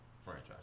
franchise